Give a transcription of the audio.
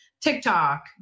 TikTok